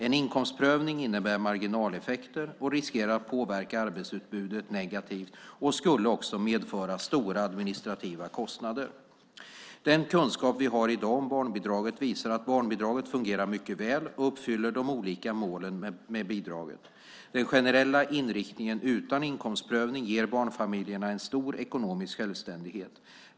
En inkomstprövning innebär marginaleffekter och riskerar att påverka arbetsutbudet negativt och skulle också medföra stora administrativa kostnader. Den kunskap vi har i dag om barnbidraget visar att barnbidraget fungerar mycket väl och uppfyller de olika målen med bidraget. Den generella inriktningen utan inkomstprövning ger barnfamiljerna en stor ekonomisk självständighet.